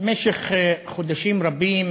במשך חודשים רבים